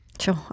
Sure